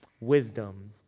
wisdom